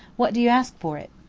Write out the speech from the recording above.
what do you ask for it?